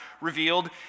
revealed